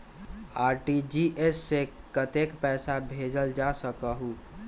RTGS से कतेक पैसा भेजल जा सकहु???